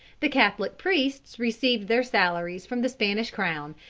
the catholic priests received their salaries from the spanish crown,